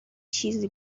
چیزی